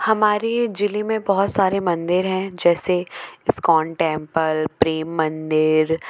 हमारे जिले में बहुत सारे मंदिर हैं जैसे इस्कॉन टेम्पल प्रेम मंदिर